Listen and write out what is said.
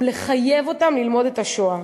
לחייב אותם ללמוד את השואה.